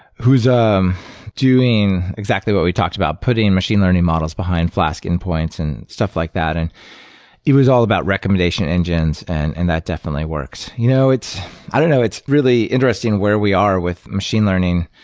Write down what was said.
who's ah um doing exactly what we talked about, putting machine learning models behind flask endpoints and stuff like that. and it was all about recommendation engines, and and that definitely works. you know i don't know. it's really interesting where we are with machine learning.